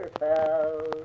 fell